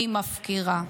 היא מפקירה.